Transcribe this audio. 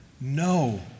No